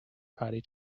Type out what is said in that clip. party